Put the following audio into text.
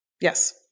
Yes